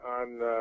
on